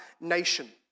nation